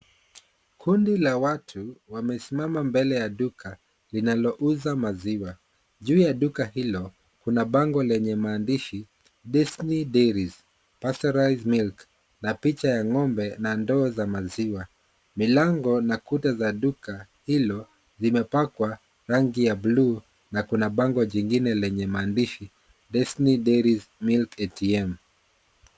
Kundi la watu wamesimama mbele ya duka linalouza maziwa. Juu ya duka hilo kuna bango lenye maandishi destiny dairies fertilize milk na picha ya ng'ombe na ndoo za maziwa. Milango na kuta za duka hilo limepakwa rangi ya bluu na kuna bango jingine lenye maandishi destiny dairies milk atm .